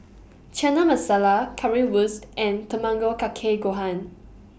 Chana Masala Currywurst and Tamago Kake Gohan